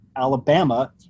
alabama